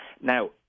Now